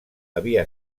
havia